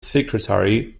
secretary